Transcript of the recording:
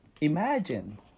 imagine